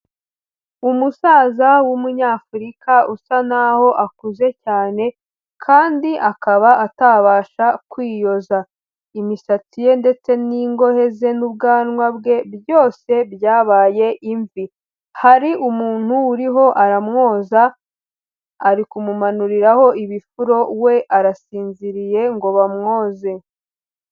Umusaza w'umunyafurika usa n'aho akuze cyane kandi akaba atabasha kwiyoza. Imisatsi ye ndetse n'ingohe ze n'ubwanwa bwe, byose byabaye imvi. Hari umuntu uriho aramwoza, ari kumumanuriraho ibifuro, we arasinziriye ngo bamwoze.